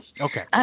Okay